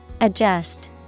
Adjust